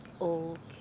Okay